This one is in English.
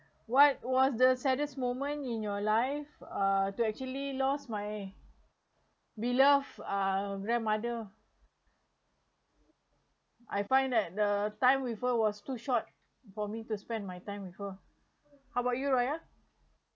what was the saddest moment in your life uh to actually lost my beloved uh grandmother I find that the time with her was too short for me to spend my time with her how about you raya